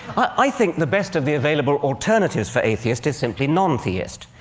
i think the best of the available alternatives for atheist is simply non-theist.